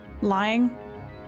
lying